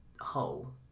whole